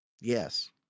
yes